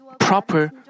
Proper